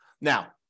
Now